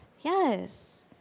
Yes